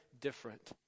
different